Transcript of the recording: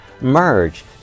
merge